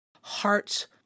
hearts